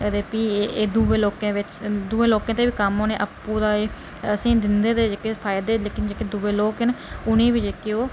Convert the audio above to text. ते फ्ही एह् दोऐ लोके दे दोऐ लोकें दे बी कम्म औने आपू ते एह् दिंदे ना फ्यादे लेकिन जेहके दोऐ लोक ना उंहेगी बी जेहका औ